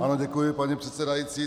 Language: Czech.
Ano, děkuji, paní předsedající.